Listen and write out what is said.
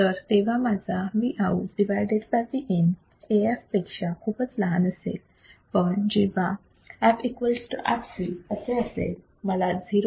तर तेव्हा माझा Vout Vin Af पेक्षा खूपच लहान असेल पण जेव्हा f equals to fc असे असेल मला 0